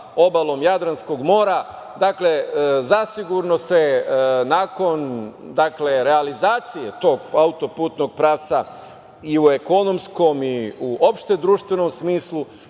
obalom Jadranskog mora. Zasigurno se nakon realizacije tog auto-putnog pravca i u ekonomskom i u opšte društvenom smislu